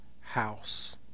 house